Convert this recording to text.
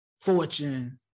fortune